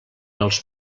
els